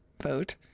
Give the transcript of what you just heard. vote